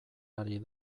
ari